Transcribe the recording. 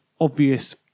obvious